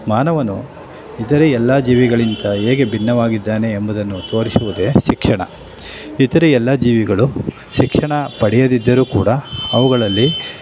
ಮಾನವನೂ ಇತರೆ ಎಲ್ಲ ಜೀವಿಗಳಿಗಿಂತ ಹೇಗೆ ಭಿನ್ನವಾಗಿದ್ದಾನೆ ಎಂಬುದನ್ನು ತೋರಿಸುವುದೇ ಶಿಕ್ಷಣ ಇತರೆ ಎಲ್ಲ ಜೀವಿಗಳು ಶಿಕ್ಷಣ ಪಡೆಯದಿದ್ದರೂ ಕೂಡ ಅವುಗಳಲ್ಲಿ